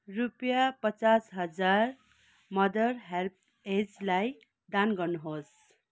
रुपियाँ पचास हजार मदर हेल्पेजलाई दान गर्नुहोस्